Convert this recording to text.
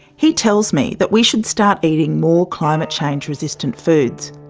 he tells me that we should start eating more climate change resistant foods.